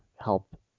help